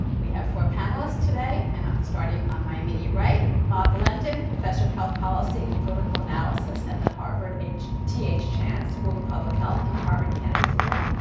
we have four panelists today, and starting on my immediate right, bob blendon, professor of health policy and political analysis at the harvard th th chan school of public health and the harvard kennedy school,